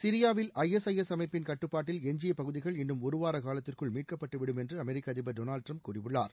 சிரியாவில் ஐஎஸ்ஐஎஸ் அமைப்பின் கட்டுப்பாட்டில் எஞ்சியப் பகுதிகள் இன்னும் ஒருவார காலத்திற்குள் மீட்கப்பட்டுவிடும் என்று அமெரிக்க அதிபர் டொனால்டு டிரம்ப் கூறியுள்ளார்